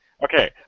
Okay